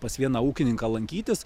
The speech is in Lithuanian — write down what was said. pas vieną ūkininką lankytis